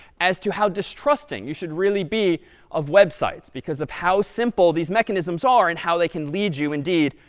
as to how distrusting you should really be of websites because of how simple these mechanisms ah are and how they can lead you, indeed,